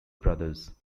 brothers